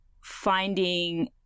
finding